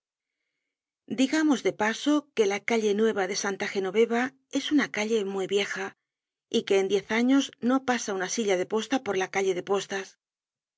digamos de paso que la calle nueva de santa genoveva es una calle muy vieja y que en diez años no pasa una silla de posta por la calle de postas